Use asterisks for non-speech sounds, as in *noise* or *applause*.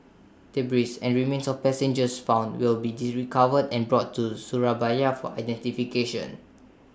debris and remains of passengers found will be *unintelligible* recovered and brought to Surabaya for identification